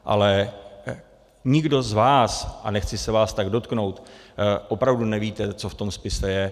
Ale nikdo z vás, a nechci se vás tak dotknout, opravdu nevíte, co v tom spise je.